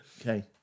Okay